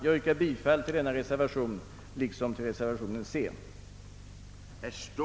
Jag yrkar bifall till denna reservation liksom till reservation c.